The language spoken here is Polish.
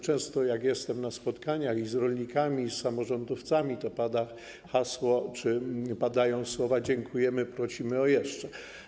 Często jak jestem na spotkaniach czy z rolnikami, czy z samorządowcami pada hasło, padają słowa: dziękujemy, prosimy o jeszcze.